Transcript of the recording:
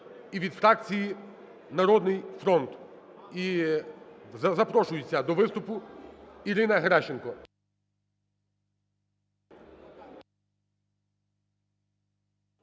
і від фракції "Народний фронт". І запрошується до виступу Ірина Геращенко.